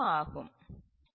M L